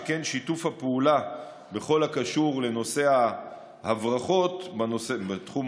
שכן שיתוף הפעולה בכל הקשור לנושא הברחות בתחום